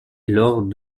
lors